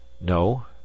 no